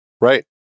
Right